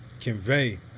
convey